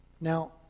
Now